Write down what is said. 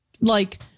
like-